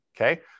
okay